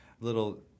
Little